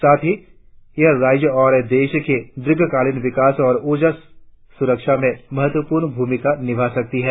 साथ ही यह राज्य और देश के दीर्घकालीन विकास और ऊर्जा सुरक्षा में महत्वपूर्ण भूमिका निभा सकती है